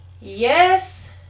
yes